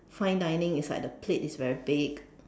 fine dining is like the plate is very big